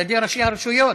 על-ידי ראשי הרשויות,